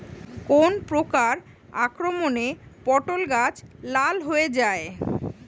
কোন প্রকার আক্রমণে পটল গাছ লাল হয়ে যায়?